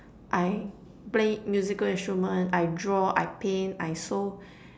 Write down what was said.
I play musical instrument I draw I paint I sew